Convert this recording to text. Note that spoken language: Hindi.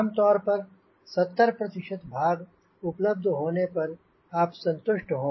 आमतौर पर 70 भाग उपलब्ध होने पर आप संतुष्ट हो